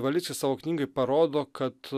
valickis savo knygoj parodo kad